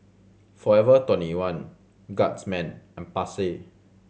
Forever Twenty one Guardsman and Pasar